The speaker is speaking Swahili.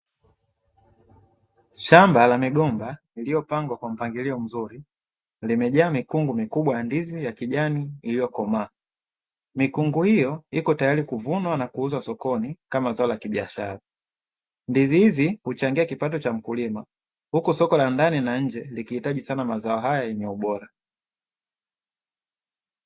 Shamba la migomba iliyopangwa kwa mpangilio mzuri limejaa mikungu mikubwa ya ndizi ya kijani iliyokomaa, mikungu hiyo iko tayari kuvunwa na kuuzwa sokoni kama zao la kibiashara, ndizi hizi huchangia kipato cha mkulima, huku soko la ndani na nje likihitaji sana mazao haya yenye ubora.